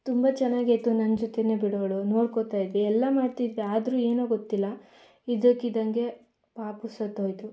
ತುಂಬ ಚೆನ್ನಾಗೇಯಿತ್ತು ನನ್ನ ಜೊತೆಯೇ ಬಿಡೋಳು ನೋಡ್ಕೊಳ್ತಾಯಿದ್ವಿ ಎಲ್ಲ ಮಾಡ್ತಿದ್ವಿ ಆದ್ರೂ ಏನೋ ಗೊತ್ತಿಲ್ಲ ಇದ್ದಕಿದ್ದಂತೆ ಪಾಪು ಸತ್ತೋಯಿತು